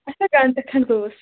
اچھا گھنٹہٕ کھَنٛڈ گوٚوُس